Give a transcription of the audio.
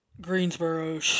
Greensboro